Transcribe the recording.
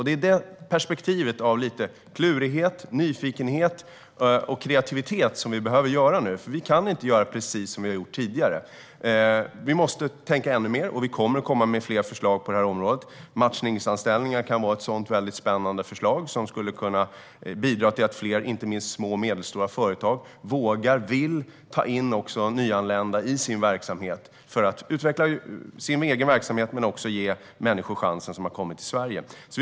Det är det perspektivet, med lite klurighet, nyfikenhet och kreativitet, som vi behöver nu, för vi kan inte göra precis som vi har gjort tidigare. Vi måste tänka ännu mer, och vi kommer att komma med fler förslag på det här området. Matchningsanställningar skulle kunna vara ett spännande förslag som bidrar till att fler, inte minst små och medelstora företag, vågar och vill ta in också nyanlända för att utveckla sin verksamhet men också för att ge människor som har kommit till Sverige chansen.